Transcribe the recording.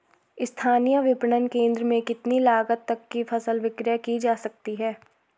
स्थानीय विपणन केंद्र में कितनी लागत तक कि फसल विक्रय जा सकती है?